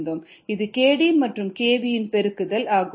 இது kd மற்றும் xv இன் பெருக்குதல் ஆகும்